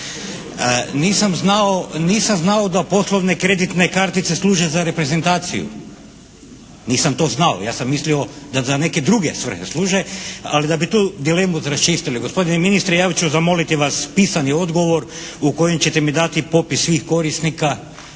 nisam znao da poslovne kreditne kartice služe za reprezentaciju. Nisam to znao. Ja sam mislio da za neke druge svrhe služe. Ali da bi tu dilemu raščistili, gospodine ministre ja ću zamoliti vas pisani odgovor u kojem ćete mi dati popis svih korisnika